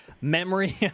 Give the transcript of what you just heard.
memory